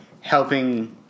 helping